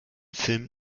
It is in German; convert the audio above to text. filmen